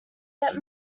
get